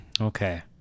Okay